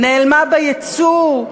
נעלמה בייצוא.